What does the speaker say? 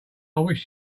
wish